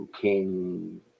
King